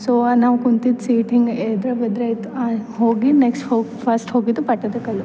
so ನಾವು ಕುಂತಿದ್ದ seat ಹಿಂಗೆ ಎದ್ರ ಬದ್ರ ಇತ್ತು ಹೋಗಿ ನೆಕ್ಸ್ಟ್ ಹೋಗಿ ಫಸ್ಟ್ ಹೋಗಿದ್ದು ಪಟ್ಟದಕಲ್ಲು